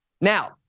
Now